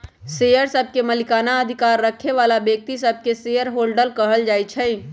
share सभके मलिकना अधिकार रखे बला व्यक्तिय सभके शेयर होल्डर कहल जाइ छइ